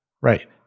Right